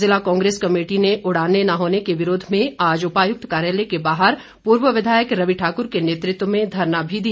ज़िला कांग्रेस कमेटी ने उड़ानें न होने के विरोध में आज उपायुक्त कार्यालय के बाहर पूर्व विधायक रवि ठाकुर के नेतृत्व में धरना भी दिया